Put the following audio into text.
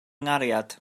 nghariad